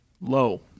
Low